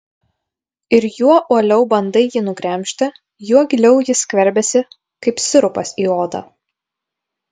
ir juo uoliau bandai jį nugremžti juo giliau jis skverbiasi kaip sirupas į odą